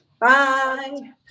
Bye